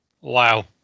wow